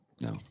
No